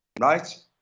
Right